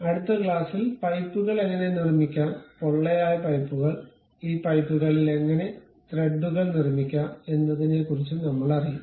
അടുത്ത ക്ലാസ്സിൽ പൈപ്പുകൾ എങ്ങനെ നിർമ്മിക്കാം പൊള്ളയായ പൈപ്പുകൾ ഈ പൈപ്പുകളിൽ എങ്ങനെ ത്രെഡുകൾ നിർമ്മിക്കാം എന്നതിനെക്കുറിച്ച് നമ്മൾ അറിയും